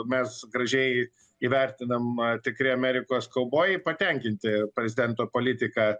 mes gražiai įvertinam tikri amerikos kaubojai patenkinti prezidento politika